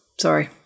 Sorry